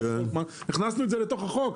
הכנסנו את זה לחוק,